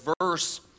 verse